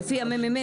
אז לפי הממ"מ